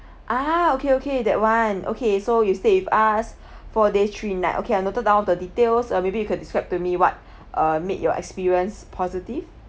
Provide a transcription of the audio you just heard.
ah okay okay that one okay so you stay with us four days three night okay I noted down the details or maybe you can describe to me what uh make your experience positive